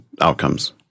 outcomes